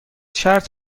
شرط